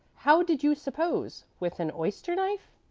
how did you suppose with an oyster-knife?